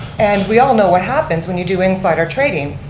and we all know what happens when you do insider trading.